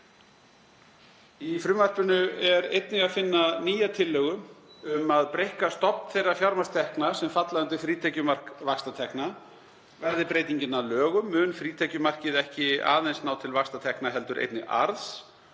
Í frumvarpinu er einnig að finna nýja tillögu um að breikka stofn þeirra fjármagnstekna sem falla undir frítekjumark vaxtatekna. Verði breytingin að lögum mun frítekjumarkið ekki aðeins ná til vaxtatekna heldur einnig arðs